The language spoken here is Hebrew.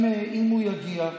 אם הוא יגיע,